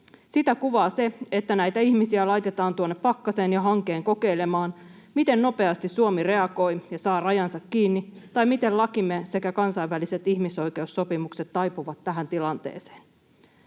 Sitä kuvaa se, että näitä ihmisiä laitetaan tuonne pakkaseen ja hankkeen kokeilemaan, miten nopeasti Suomi reagoi ja saa rajansa kiinni tai miten lakimme sekä kansainväliset ihmisoikeussopimukset taipuvat tähän tilanteeseen.